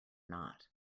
not